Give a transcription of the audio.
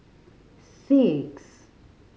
six